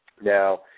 Now